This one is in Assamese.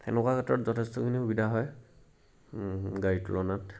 তেনেকুৱা ক্ষেত্ৰত যথেষ্টখিনি সুবিধা হয় গাড়ী তুলনাত